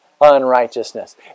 unrighteousness